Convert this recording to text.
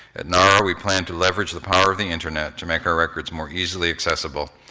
at nar, we plan to leverage the power of the internet to make our records more easily accessible,